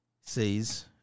says